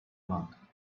monk